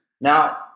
now